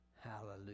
hallelujah